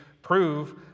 Prove